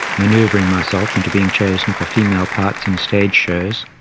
manoeuvring myself into being chosen for female parts in stage shows.